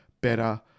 better